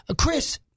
Chris